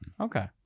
Okay